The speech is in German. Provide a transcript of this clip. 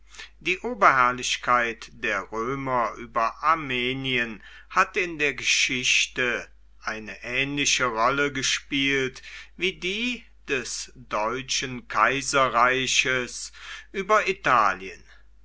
die oberherrlichkeit der römer über armenien hat in der geschichte eine ähnliche rolle gespielt wie die des deutschen kaiserreiches über italien